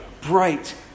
bright